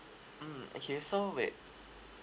mm okay so wait